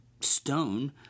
Stone